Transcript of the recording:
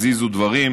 הזיזו דברים,